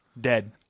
dead